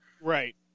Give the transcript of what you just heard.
Right